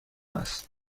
است